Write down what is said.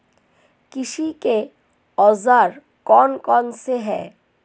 कृषि के औजार कौन कौन से हैं?